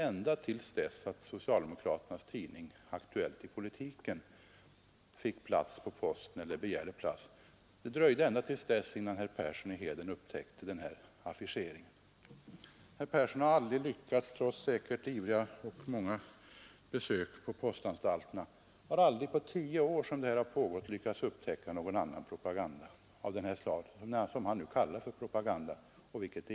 Inte förrän socialdemokraternas tidning Aktuellt i politiken fick en reklamplats på posten upptäckte herr Persson i Heden den affischering som där sker. Trots att herr Persson säkerligen har gjort många besök på postanstalterna här i landet har han aldrig under de tio år som denna reklamverksamhet pågått kunnat upptäcka något annat fall av det som han nu helt oriktigt kallar för politisk propaganda.